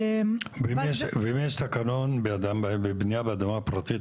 ואם יש תקנון בבנייה באדמה פרטית,